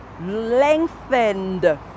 lengthened